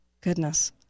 goodness